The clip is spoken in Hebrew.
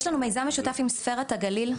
יש לנו מיזם משותף עם ספרת הגליל,